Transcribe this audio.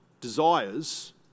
desires